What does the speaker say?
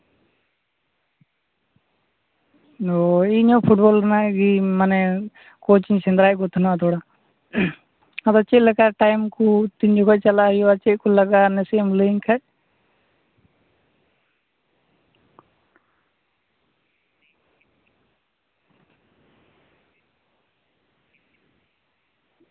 ᱳᱸᱻ ᱤᱧ ᱦᱚᱸ ᱯᱷᱩᱴᱵᱚᱞ ᱨᱮᱱᱟᱜ ᱜᱮᱧ ᱢᱟᱱᱮ ᱠᱳᱪ ᱤᱧ ᱥᱮᱸᱫᱽᱨᱟᱭᱮᱫ ᱠᱚ ᱛᱟᱦᱮᱱᱟ ᱛᱷᱚᱲᱟ ᱟᱫᱚ ᱪᱮᱫ ᱞᱮᱠᱟ ᱴᱟᱭᱤᱢ ᱠᱩ ᱛᱤᱱ ᱡᱚᱠᱷᱚᱡ ᱪᱟᱞᱟᱜ ᱦᱩᱭᱩᱜᱼᱟ ᱪᱮᱫ ᱠᱩ ᱞᱟᱜᱟᱜᱼᱟ ᱱᱟᱥᱮᱱᱟᱜ ᱮᱢ ᱞᱟᱹᱭᱟᱹᱧ ᱠᱷᱟᱡ